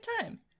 time